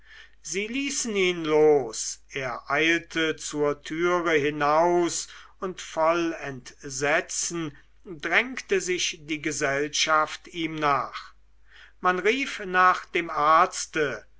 sie ließen ihn los er eilte zur türe hinaus und voll entsetzen drängte sich die gesellschaft ihm nach man rief nach dem arzte